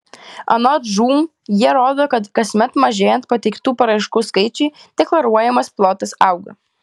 anot žūm jie rodo kad kasmet mažėjant pateiktų paraiškų skaičiui deklaruojamas plotas auga